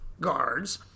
guards